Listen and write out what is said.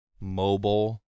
mobile